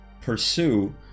pursue